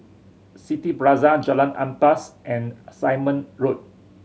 City Plaza Jalan Ampas and Simon Road